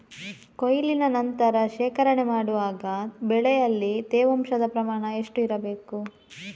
ಕೊಯ್ಲಿನ ನಂತರ ಶೇಖರಣೆ ಮಾಡುವಾಗ ಬೆಳೆಯಲ್ಲಿ ತೇವಾಂಶದ ಪ್ರಮಾಣ ಎಷ್ಟು ಇರಬೇಕು?